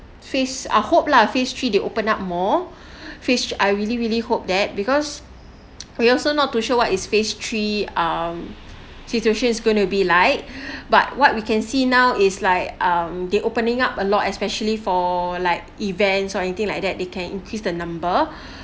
phase I hope lah phase three they open up more phase I really really hope that because we also not too sure what is phase three um situation is going to be like but what we can see now is like um they opening up a lot especially for like events or anything like that they can increase the number